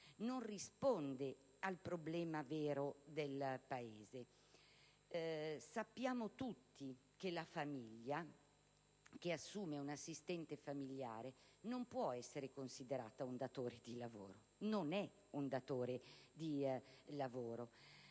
non risponde al problema vero del Paese. Sappiamo tutti che la famiglia che assume una assistente familiare non può essere considerata un datore di lavoro. Lo sappiamo